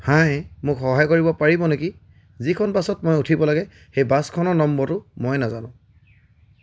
হাই মোক সহায় কৰিব পাৰিব নেকি যিখন বাছত মই উঠিব লাগে সেই বাছখনৰ নম্বৰটো মই নাজানো